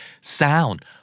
Sound